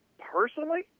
Personally